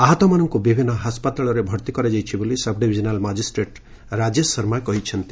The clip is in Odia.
ଆହତମାନଙ୍କୁ ବିଭିନ୍ନ ହାସ୍ପାତାଳରେ ଭର୍ତ୍ତି କରାଯାଇଛି ବୋଲି ସବ୍ଡିଭିଜନାଲ୍ ମାଜିଷ୍ଟ୍ରେଟ୍ ରାଜେଶ ଶର୍ମା କହିଛନ୍ତି